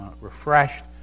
refreshed